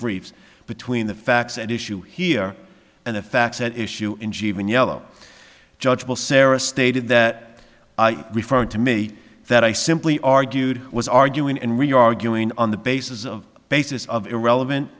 briefs between the facts and issue here and the facts at issue in jeevan yellow judgeable sarah stated that referred to me that i simply argued was arguing and rio arguing on the basis of basis of irrelevant